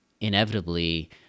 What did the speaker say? inevitably